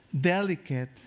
delicate